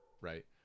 right